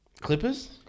Clippers